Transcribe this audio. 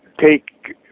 take